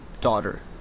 daughter